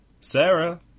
Sarah